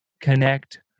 connect